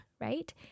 right